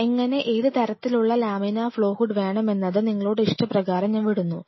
അതിനാൽ എങ്ങനെ ഏത് തരത്തിലുള്ള ലാമിനാർ ഫ്ലോ ഹുഡ് വേണമെന്നത് നിങ്ങളുടെ ഇഷ്ടപ്രകാരം ഞാൻ വിടുന്നു